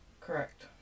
Correct